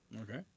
Okay